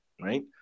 right